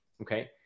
Okay